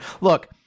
Look